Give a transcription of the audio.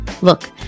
Look